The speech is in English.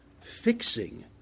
fixing